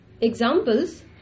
Examples